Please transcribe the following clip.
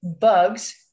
bugs